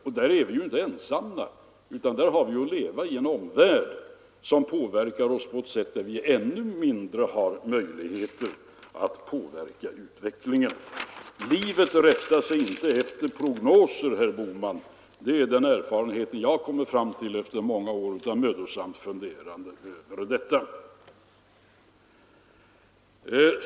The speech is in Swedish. Och där är vi inte ensamma, utan vi har att leva i en omvärld som påverkar oss på ett sätt som gör att vi har ännu mindre möjligheter att styra utvecklingen. Livet rättar sig inte efter prognoser, herr Bohman — det är vad jag kommit fram till efter många år av mödosamt funderande över detta.